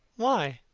why?